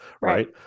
Right